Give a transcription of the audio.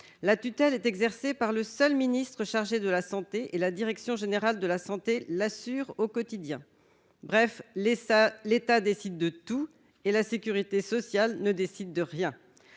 la tutelle est exercée par le seul ministre chargé de la santé et la direction générale de la Santé l'assure au quotidien, bref les ça l'État décide de tout, et la sécurité sociale ne décide de rien,